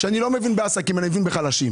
שאני לא מבין עסקים, אני מבין בחלשים.